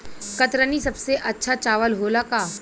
कतरनी सबसे अच्छा चावल होला का?